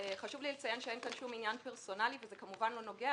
חשוב לי לציין שאין כאן כל עניין פרסונלי וזה כמובן לא נוגע